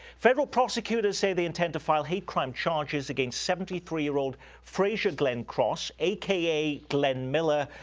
federal prosecutors say they intend to file hate crime charges against seventy three year old frazier glenn cross, aka glenn miller,